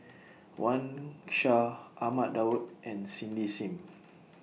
Wang Sha Ahmad Daud and Cindy SIM